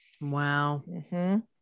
wow